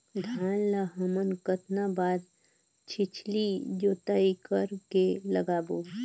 धान ला हमन कतना बार छिछली जोताई कर के लगाबो?